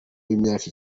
w’imyaka